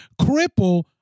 cripple